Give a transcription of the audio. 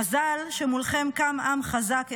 מזל שמולכם קם עם חזק,